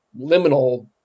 liminal